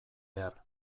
behar